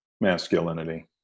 masculinity